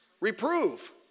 Reprove